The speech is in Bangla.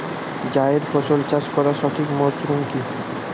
জায়েদ ফসল চাষ করার সঠিক মরশুম কি?